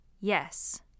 Yes